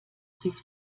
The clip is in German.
rief